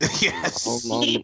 Yes